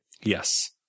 Yes